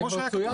כמו שהיה כתוב.